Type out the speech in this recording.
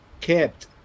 kept